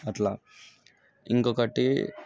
అట్లా ఇంకొకటి